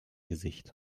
gesicht